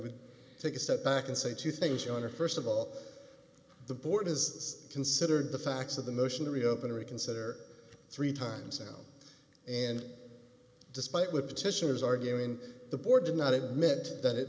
would take a step back and say two things your honor first of all the board is considered the facts of the motion to reopen reconsider three times out and despite what petitioners arguing the board did not admit that